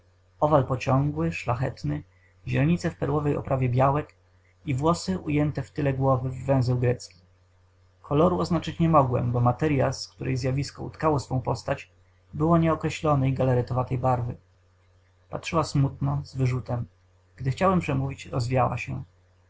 pociągły szlachetny źrenice w perłowej oprawie białek i włosy ujęte w tyle głowy w grecki węzeł koloru oznaczyć nie mogłem bo materya z której zjawisko utkało swą postać była nieokreślonej galaretowatej barwy patrzyła smutno z wyrzutem gdy chciałem przemówić rozwiała się